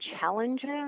challenges